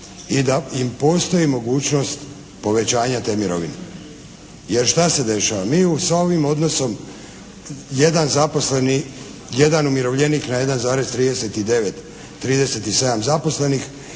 i da im postoji mogućnost povećanja te mirovine. Jer šta se dešava? Mi sa ovim odnosom 1 zaposleni, 1 umirovljenik na 1,39, 37 zaposlenih